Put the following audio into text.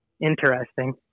Interesting